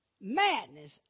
madness